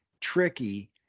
tricky